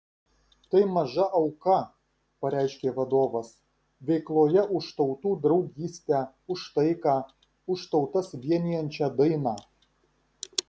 tai maža auka pareiškė vadovas veikloje už tautų draugystę už taiką už tautas vienijančią dainą